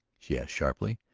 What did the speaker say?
she asked sharply.